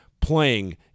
playing